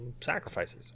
sacrifices